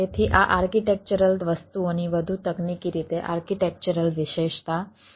તેથી આ આર્કિટેક્ચરલ વસ્તુઓની વધુ તકનીકી રીતે આર્કિટેક્ચરલ વિશેષતા છે